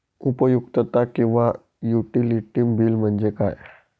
उपयुक्तता किंवा utility bill म्हणजे काय?